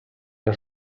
der